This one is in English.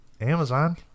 Amazon